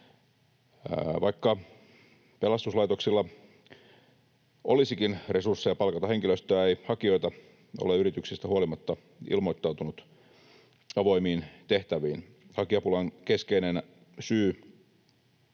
Vaikka pelastuslaitoksilla olisikin resursseja palkata henkilöstöä, ei hakijoita ole yrityksistä huolimatta ilmoittautunut avoimiin tehtäviin. Hakijapulan keskeinen syy